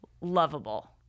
lovable